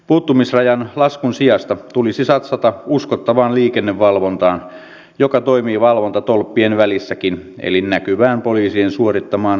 puuttumisrajan laskun sijasta tulisi satsata uskottavaan liikennevalvontaan joka toimii valvontatolppien välissäkin eli näkyvään poliisien suorittamaan liikennevalvontaan